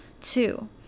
Two